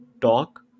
talk